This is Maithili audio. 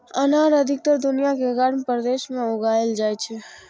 अनार अधिकतर दुनिया के गर्म प्रदेश मे उगाएल जाइ छै